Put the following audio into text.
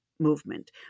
movement